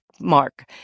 mark